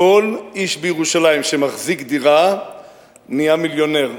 כל איש בירושלים שמחזיק דירה נהיה מיליונר,